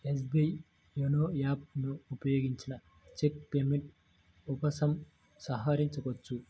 SBI YONO app ను ఉపయోగించిన cheque payment ఉపసంహరించుకోవచ్చు